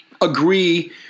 agree